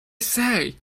say